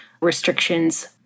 restrictions